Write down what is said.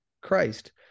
christ